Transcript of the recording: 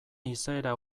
izaera